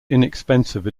inexpensive